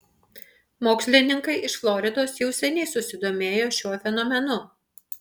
mokslininkai iš floridos jau seniai susidomėjo šiuo fenomenu